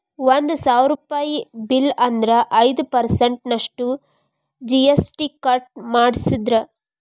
ಒಂದ್ ಸಾವ್ರುಪಯಿ ಬಿಲ್ಲ್ ಆದ್ರ ಐದ್ ಪರ್ಸನ್ಟ್ ನಷ್ಟು ಜಿ.ಎಸ್.ಟಿ ಕಟ್ ಮಾದ್ರ್ಸ್